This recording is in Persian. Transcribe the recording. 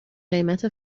قیمت